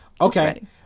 Okay